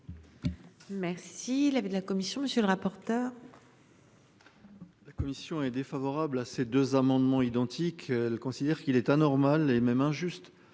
Merci. Il avait de la commission. Monsieur le rapporteur. La commission est défavorable à ces deux amendements identiques, considère qu'il est anormal et même injuste